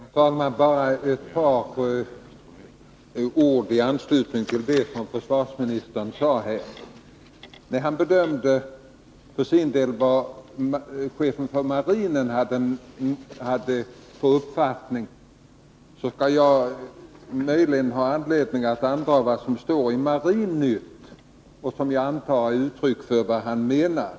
Herr talman! Jag skall bara säga ett par ord i anslutning till det försvarsministern sade nyss, när han för sin del bedömde vilken uppfattning chefen för marinen hade. Jag vill med anledning av det anföra vad som står i Marinnytt och som jag antar är ett uttryck för vad han menar.